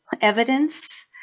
evidence